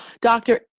Doctor